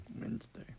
Wednesday